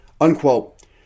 unquote